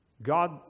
God